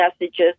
messages